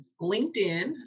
LinkedIn